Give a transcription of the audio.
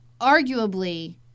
arguably